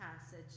passage